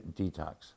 detox